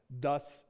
thus